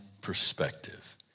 perspective